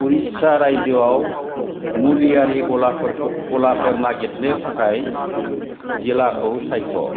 उरिस्सा रायजोआव मुलिआरि गलाफोरखौ गलाफोर नागिरनो थाखाय जिल्लाखौ सायख'